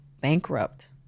bankrupt